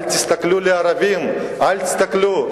אל תסתכלו על הערבים, אל תסתכלו.